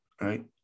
right